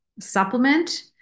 supplement